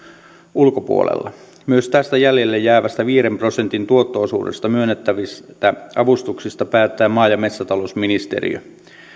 ulkopuolella myös tästä jäljelle jäävästä viiden prosentin tuotto osuudesta myönnettävistä avustuksista päättää maa ja metsätalousministeriö